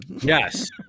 Yes